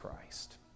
Christ